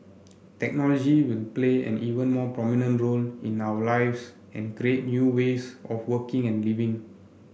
technology will play an even more prominent role in our lives and create new ways of working and living